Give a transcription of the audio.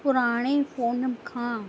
पुराणे फ़ोन खां